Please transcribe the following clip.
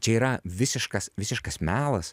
kur čia yra visiškas visiškas melas